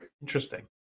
Interesting